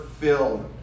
filled